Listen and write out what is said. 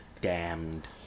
Damned